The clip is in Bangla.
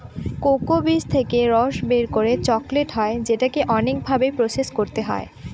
কোকো বীজ থেকে রস বের করে চকলেট হয় যেটাকে অনেক ভাবে প্রসেস করতে হয়